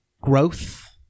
growth